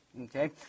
okay